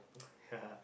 yeah